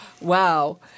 Wow